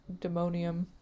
demonium